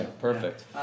Perfect